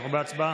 אנחנו בהצבעה.